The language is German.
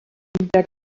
der